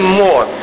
more